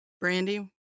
brandy